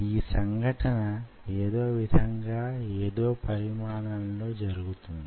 ఈ సంఘటన ఏదో విధంగా యేదో పరిమాణంలో జరుగుతుంది